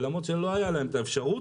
ולמרות שלא הייתה להם אפשרות,